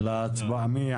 מי